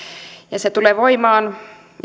ja se tulee voimaan